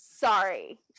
Sorry